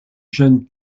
jeunes